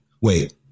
Wait